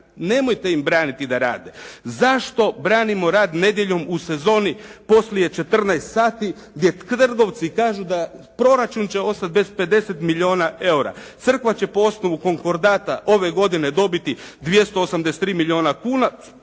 Nemojte im braniti da rade. Zašto branimo rad nedjeljom u sezoni poslije 14 sati gdje trgovci kažu da proračun će ostati bez 50 milijuna EUR-a. Crkva će po osnovu konkordata ove godine dobiti 283 milijuna kuna